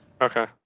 okay